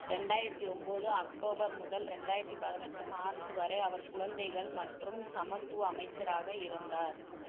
ரெண்டாயிரத்தி ஒம்பது அக்டோபர் முதல் ரெண்டாயிரத்தி பதினெட்டு மார்ச் வரை அவர் குழந்தைகள் மற்றும் சமத்துவ அமைச்சராக இருந்தார்